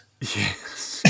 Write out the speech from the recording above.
Yes